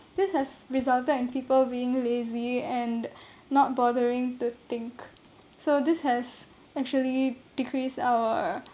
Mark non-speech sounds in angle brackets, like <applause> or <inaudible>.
this has resulted in people being lazy and <breath> not bothering to think so this has actually decrease our